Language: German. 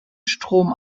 strom